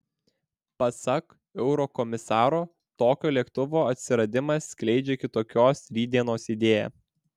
pasak eurokomisaro tokio lėktuvo atsiradimas skleidžia kitokios rytdienos idėją